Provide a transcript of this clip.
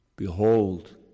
Behold